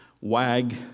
wag